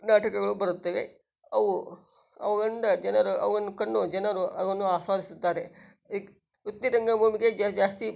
ನಾಟಕಗಳು ಬರುತ್ತವೆ ಅವು ಅವುಗಳಿಂದ ಜನರು ಅವನ್ನು ಕಂಡು ಜನರು ಅವನ್ನು ಆಸ್ವಾದಿಸುತ್ತಾರೆ ಈಗ ನೃತ್ಯ ರಂಗಭೂಮಿಗೆ ಜಾ ಜಾಸ್ತಿ